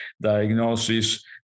diagnosis